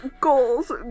Goals